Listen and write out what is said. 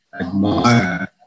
admire